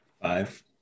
Five